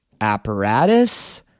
apparatus